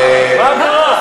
מה קרה?